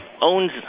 owns